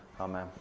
Amen